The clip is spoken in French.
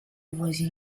voisine